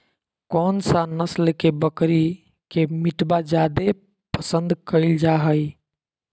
कौन सा नस्ल के बकरी के मीटबा जादे पसंद कइल जा हइ?